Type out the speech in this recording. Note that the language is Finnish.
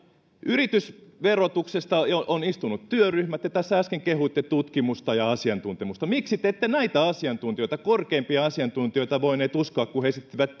yritysverotuksesta ovat jo istuneet työryhmät ja tässä äsken kehuitte tutkimusta ja asiantuntemusta miksi te ette näitä korkeimpia asiantuntijoita voineet uskoa kun he esittivät